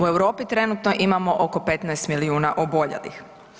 U Europi trenutno imamo oko 15 milijuna oboljelih.